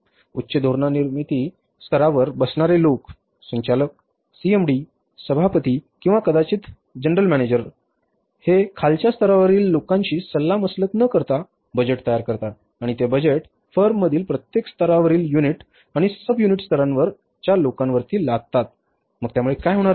उच्च धोरणनिर्मिती स्तरावर बसणारे लोक संचालक सीएमडी सभापती किंवा कदाचित जीएम लोक खालच्या स्तरावर लोकांशी सल्लामसलत न करता बजेट तयार करतात आणि ते ते बजेट फर्ममधील प्रत्येक स्तरावरील युनिट आणि सब युनिट स्तरावर लोकांवर लादतात मग त्यामुळे काय होणार आहे